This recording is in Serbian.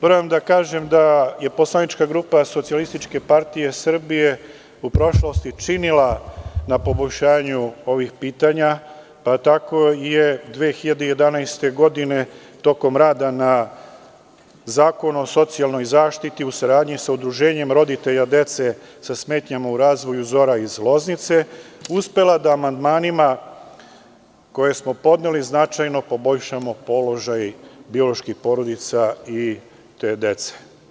Moram da kažem da je poslanička grupa SPS u prošlosti činila na poboljšanju ovih pitanja, tako je 2011. godine tokom rada na Zakonu o socijalnoj zaštiti u saradnji sa Udruženjem roditelja dece sa smetnjama u razvoju „Zora“ iz Loznice uspela da amandmanima koje smo podneli značajno poboljšamo položaj bioloških porodica i te dece.